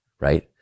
Right